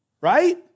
right